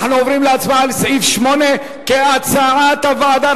אנחנו עוברים להצבעה על סעיף 8 כהצעת הוועדה,